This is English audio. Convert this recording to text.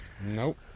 nope